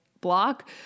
block